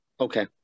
Okay